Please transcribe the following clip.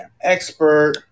expert